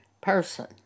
person